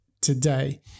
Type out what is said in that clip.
today